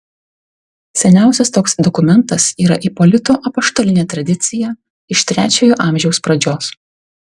seniausias toks dokumentas yra ipolito apaštalinė tradicija iš trečiojo amžiaus pradžios